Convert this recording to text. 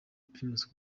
primus